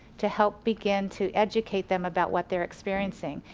to help begin to educate them about what they're experiencing.